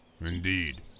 Indeed